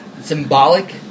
symbolic